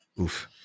Oof